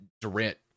Durant